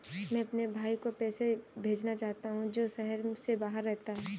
मैं अपने भाई को पैसे भेजना चाहता हूँ जो शहर से बाहर रहता है